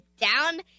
down